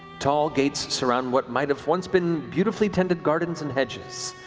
tall gates surround what might have once been beautifully tended gardens and hedges,